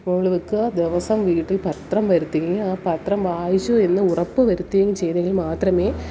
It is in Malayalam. നമ്മൾ വെക്കുക ദിവസം വീട്ടിൽ പത്രം വരുത്തുകയും ആ പത്രം വായിച്ചുവെന്ന് ഉറപ്പ് വരുത്തുകയും ചെയ്തെങ്കിൽ മാത്രമേ